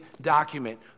document